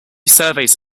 surveys